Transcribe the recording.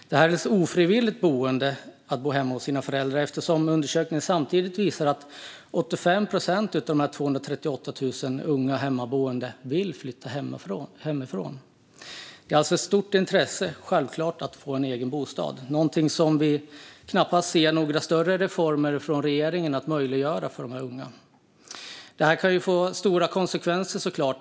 Det är ett ofrivilligt boende, eftersom undersökningen samtidigt visar att 85 procent av de 238 000 unga hemmaboende vill flytta hemifrån. Det finns alltså ett stort intresse, självklart, av att få en egen bostad. Dock ser vi knappast några större reformer från regeringen för att möjliggöra detta för de unga. Det här kan få stora konsekvenser.